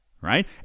Right